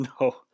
No